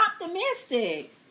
optimistic